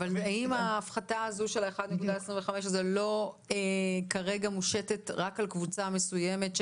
האם ההפחתה של 1.25% לא מושתת כרגע רק על קבוצה מסוימת,